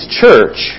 church